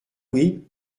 oui